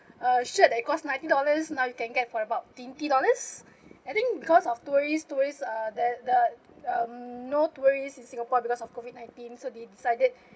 a shirt that cost ninety dollars now you can get for about twenty dollars I think because of tourist tourist uh the the um no tourists in singapore because of COVID nineteen so they decided